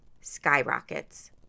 skyrockets